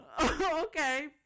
Okay